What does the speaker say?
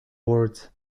words